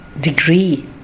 degree